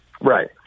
Right